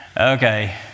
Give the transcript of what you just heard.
Okay